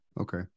Okay